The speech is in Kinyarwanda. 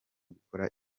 gukora